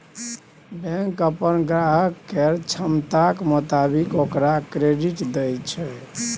bank अप्पन ग्राहक केर क्षमताक मोताबिक ओकरा क्रेडिट दय छै